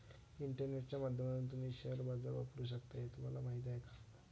इंटरनेटच्या माध्यमातून तुम्ही शेअर बाजार वापरू शकता हे तुम्हाला माहीत आहे का?